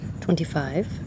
twenty-five